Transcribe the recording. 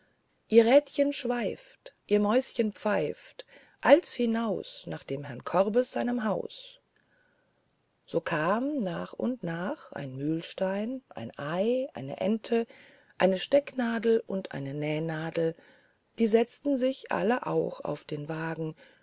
ihr räderchen schweift ihr mäuschen pfeift als hinaus nach des herrn korbes seinem haus so kam nach und nach ein mühlstein ein ei eine ente eine stecknadel und eine nähnadel die setzten sich auch alle auf den wagen